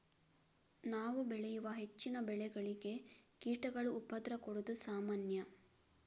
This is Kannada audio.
ನಾವು ಬೆಳೆಯುವ ಹೆಚ್ಚಿನ ಬೆಳೆಗಳಿಗೆ ಕೀಟಗಳು ಉಪದ್ರ ಕೊಡುದು ಸಾಮಾನ್ಯ